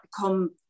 become